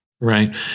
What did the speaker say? Right